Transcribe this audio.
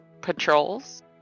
patrols